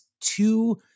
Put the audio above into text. two